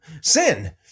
sin